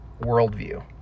worldview